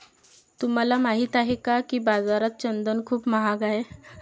तुम्हाला माहित आहे का की बाजारात चंदन खूप महाग आहे?